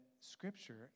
Scripture